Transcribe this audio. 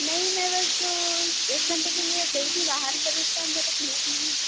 नहीं मैं बस वो एक घंटे के लिए गई थी बाहर पर उस टाइम ज्यादा धूप नहीं थी